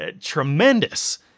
tremendous